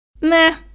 meh